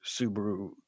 Subaru